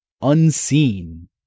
unseen